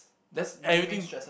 that's everything